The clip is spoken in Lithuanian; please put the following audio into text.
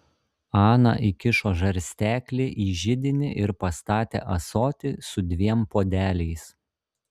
ana įkišo žarsteklį į židinį ir pastatė ąsotį su dviem puodeliais